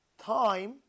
Time